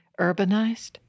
urbanized